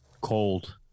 Cold